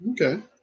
okay